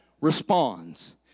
responds